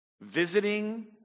visiting